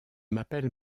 m’appelle